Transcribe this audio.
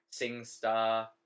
SingStar